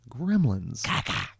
Gremlins